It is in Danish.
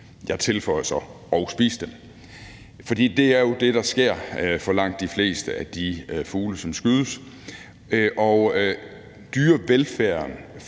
Jeg tilføjer så: og spise dem. For det er jo det, der sker for langt de fleste af de fugle, som skydes, og dyrevelfærden